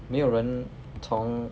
没有人从